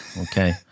Okay